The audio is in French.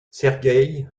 sergeï